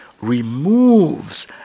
removes